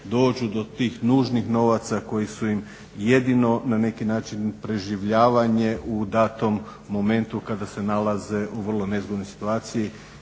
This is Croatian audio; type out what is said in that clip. dođu do tih nužnih novaca koji su im jedino na neki način preživljavanje u datom momentu kada se nalaze u vrlo nezgodnoj situaciji